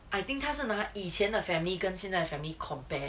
I think 他是拿以前的 family 跟现在的 family compare